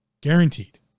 guaranteed